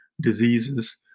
diseases